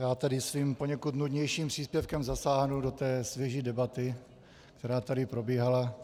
Já tady svým poněkud nudnějším příspěvkem zasáhnu do svěží debaty, která tady probíhala.